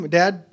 dad